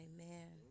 Amen